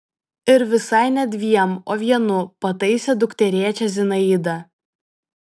ir visai ne dviem o vienu pataisė dukterėčią zinaida